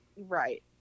Right